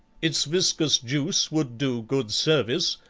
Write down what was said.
its viscous juice would do good service,